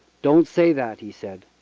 don't say that, he said.